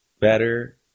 better